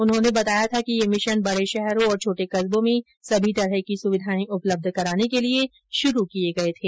उन्होंने बताया था कि ये मिशन बड़े शहरों और छोटे कस्बों में सभी प्रकार की सुविधाएं उपलब्ध कराने के लिए शुरू किए गए थे